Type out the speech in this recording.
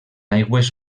aigües